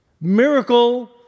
miracle